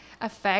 affect